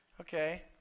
Okay